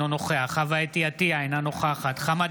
אינו